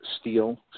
steel